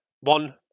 One